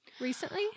recently